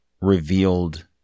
revealed